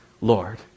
Lord